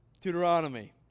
Deuteronomy